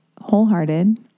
Wholehearted